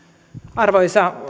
arvoisa